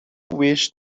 wish